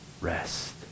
rest